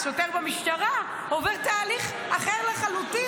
השוטר במשטרה עובר תהליך אחר לחלוטין,